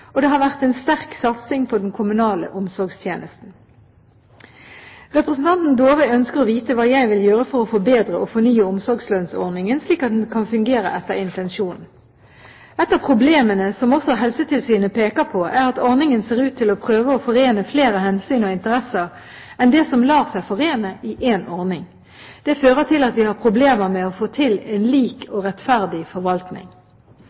og det har vært en sterk satsing på den kommunale omsorgstjenesten. Representanten Dåvøy ønsker å vite hva jeg vil gjøre for å forbedre og fornye omsorgslønnsordningen, slik at den kan fungere etter intensjonen. Ett av problemene, som også Helsetilsynet peker på, er at ordningen ser ut til å prøve å forene flere hensyn og interesser enn det som lar seg forene i én ordning. Det fører til at vi har problemer med å få til en lik og rettferdig forvaltning.